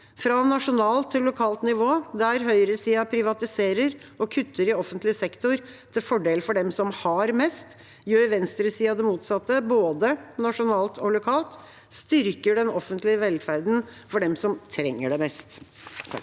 fra nasjonalt til lokalt nivå. Der høyresida privatiserer og kutter i offentlig sektor til fordel for dem som har mest, gjør venstresida det motsatte, både nasjonalt og lokalt, og styrker den offentlige velferden for dem som trenger det mest.